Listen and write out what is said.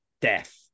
death